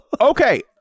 Okay